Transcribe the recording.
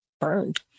burned